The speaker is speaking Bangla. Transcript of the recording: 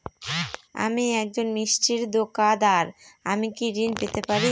আমি একজন মিষ্টির দোকাদার আমি কি ঋণ পেতে পারি?